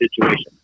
situation